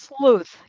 sleuth